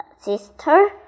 Sister